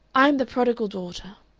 i am the prodigal daughter.